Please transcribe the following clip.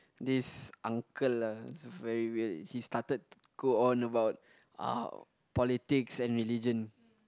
this uncle lah is very weird he started go on about ah politics and religion